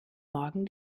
morgen